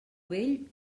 vell